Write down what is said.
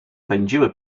pędziły